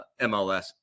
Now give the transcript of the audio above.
MLS